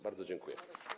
Bardzo dziękuję.